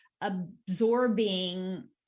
absorbing